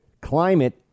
climate